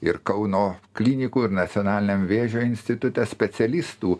ir kauno klinikų ir nacionaliniam vėžio institute specialistų